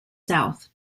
south